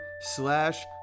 slash